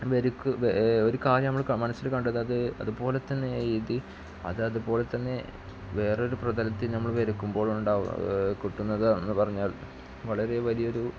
ഒരു കാര്യം നമ്മൾ മനസ്സില് കണ്ടത് അത് അതുപോലെ തന്നെ എഴുതി അത് അതുപോലെ തന്നെ വേറൊരു പ്രതലത്തിൽ നമ്മൾ വരയ്ക്കുമ്പോള് ഉണ്ടാവുക കിട്ടുന്നത് എന്ന് പറഞ്ഞാല് വളരെ വലിയൊരു